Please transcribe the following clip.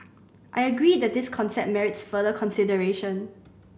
I agree that this concept merits further consideration